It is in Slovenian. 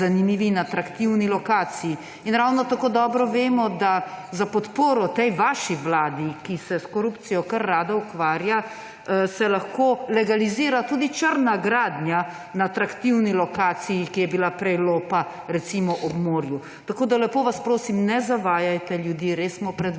na zanimivi in atraktivni lokaciji. Ravno tako dobro vemo, da za podporo tej vaši vladi, ki se s korupcijo kar rada ukvarja, se lahko legalizira tudi črna gradnja na atraktivni lokaciji, ki je bila prej lopa, recimo ob morju. Tako da, lepo vas prosim, ne zavajajte ljudi, res smo